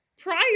prior